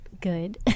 good